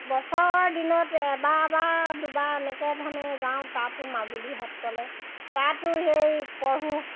বছৰ দিনত এবাৰ বা দুবাৰ এনেকৈ ধৰণে যাওঁ তাতো মাজুলী সত্ৰলৈ তাতো সেই প্ৰভু লগ পাওঁ